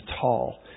tall